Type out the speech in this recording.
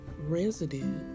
residue